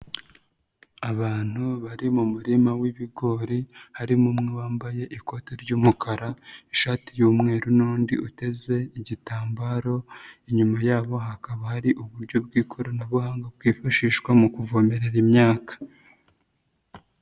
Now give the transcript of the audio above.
Abantu bari mu murima w'ibigori harimo umwe wambaye ikote ry'umukara, ishati y'umweru n'undi uteze igitambaro, inyuma yabo hakaba hari uburyo bw'ikoranabuhanga bwifashishwa mu kuvomerera imyaka.